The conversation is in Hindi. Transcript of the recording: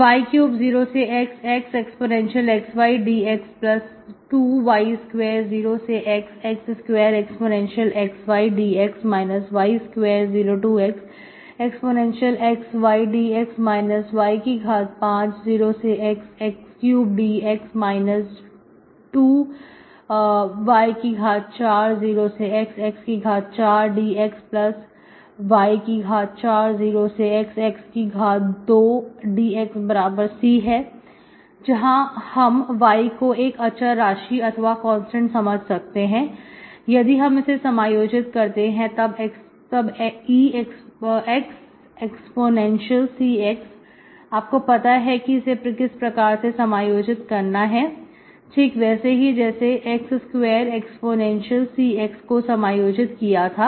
y30xx exy dx2y20xx2 exy dx y20xexy dx y50xx3 dx 2y40xx4 dxy40xx2dxC है जहां हम y को एक अचर राशि अथवा कांस्टेंट समझ सकते हैं यदि हम इसे समायोजित करते हैं तब x eC x आपको पता है इसे किस प्रकार से समायोजित करना है ठीक वैसे ही जैसेx2 eC x को समायोजित किया था